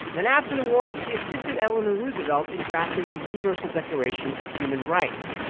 then after the war, she assisted eleanor roosevelt in drafting the universal declaration of human rights.